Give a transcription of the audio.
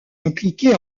impliqué